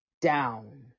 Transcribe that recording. down